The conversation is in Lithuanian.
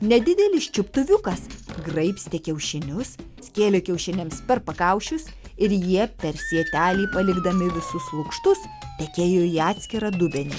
nedidelis čiuptuviukas graibstė kiaušinius skėlė kiaušiniams per pakaušius ir jie per sietelį palikdami visus lukštus tekėjo į atskirą dubenį